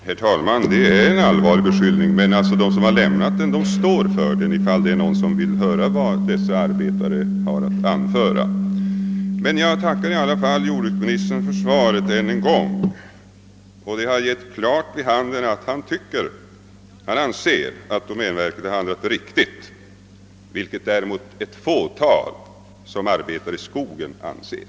Herr talman! Det är en allvarlig beskyllning, men de som lämnat uppgiften står för den, om det är någon som vill höra vad dessa arbetare har att anföra. Jag tackar i alla fall jordbruksministern för svaret än en gång. Det har givit klart vid handen att han menar att domänverket handlat riktigt, vilket däremot endast ett fåtal av dem som arbetar i skogen anser.